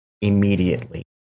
immediately